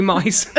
Mice